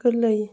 गोरलै